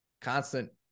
constant